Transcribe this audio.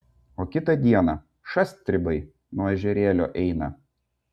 o kitą dieną šast stribai nuo ežerėlio eina